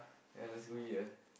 ya let's go eat ah